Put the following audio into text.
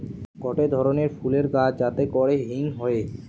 গটে ধরণের ফুলের গাছ যাতে করে হিং হয়ে